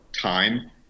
time